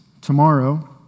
tomorrow